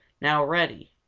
now, reddy,